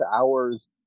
hours